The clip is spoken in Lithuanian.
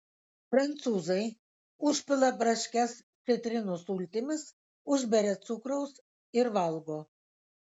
prancūzai užpila braškes citrinų sultimis užberia cukraus ir valgo